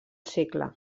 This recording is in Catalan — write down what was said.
segle